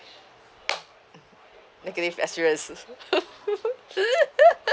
negative experiences